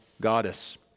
goddess